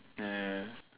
ya ya ya